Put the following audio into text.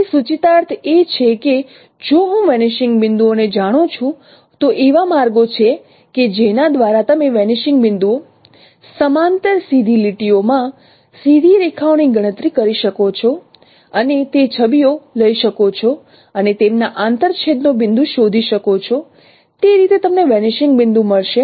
તેથી સૂચિતાર્થ એ છે કે જો હું વેનીશિંગ બિંદુઓને જાણું છું તો એવા માર્ગો છે કે જેના દ્વારા તમે વેનીશિંગ બિંદુઓ સમાંતર સીધી લીટીઓમાં સીધી રેખાઓની ગણતરી કરી શકો છો અને તે છબીઓ લઈ શકો છો અને તેમના આંતરછેદનો બિંદુ શોધી શકો છો તે રીતે તમને વેનીશિંગ બિંદુ મળશે